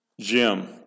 Jim